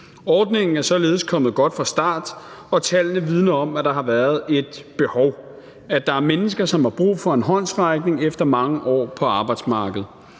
Ordningen er således kommet godt fra start, og tallene vidner om, at der har været et behov, at der er mennesker, som har brug for en håndsrækning efter mange år på arbejdsmarkedet.